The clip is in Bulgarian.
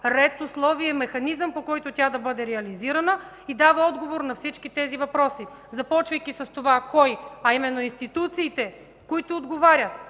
ред, условия и механизъм, по който тя да бъде реализирана, и дава отговор на всички тези въпроси. Започвайки с това: кой, а именно институциите, които отговарят